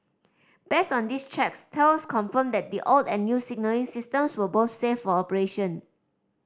based on these checks Thales confirmed that the old and new signalling systems were both safe for operation